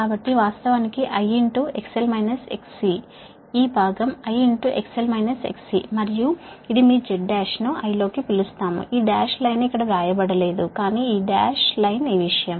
కాబట్టి నిజానికి I ఈ భాగం I మరియు ఇది మీ Z1 ను I లోకి పిలుస్తాము ఈ డాష్ లైన్ ఇక్కడ వ్రాయబడలేదు కానీ ఈ డాష్ లైన్ ఈ విషయం